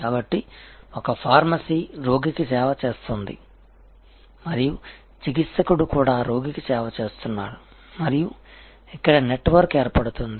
కాబట్టి ఒక ఫార్మసీ రోగికి సేవ చేస్తోంది మరియు చికిత్సకుడు కూడా రోగికి సేవ చేస్తున్నాడు మరియు ఇక్కడ నెట్వర్క్ ఏర్పడుతుంది